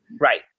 right